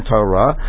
Torah